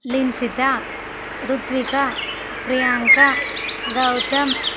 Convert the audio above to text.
Limsita Ruthvika Priyanka Gautam